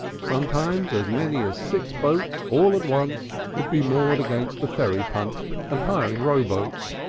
sometimes as many as six boats all at once would be moored against the ferry punt and hiring rowboats.